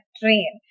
train